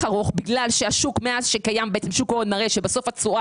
ארוך בגלל שהשוק מאז שקיים שוק ההון מראה שבסוף התשואה